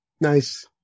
Nice